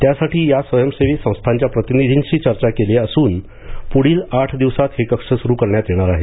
त्यासाठी या स्वयंसेवी संस्थांच्या प्रतिनिधिंशी चर्चा केली असून पुढील आठ दिवसात हे कक्ष सुरू करण्यात येणार आहेत